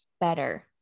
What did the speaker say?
better